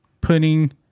putting